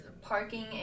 parking